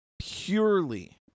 purely